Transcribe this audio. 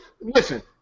listen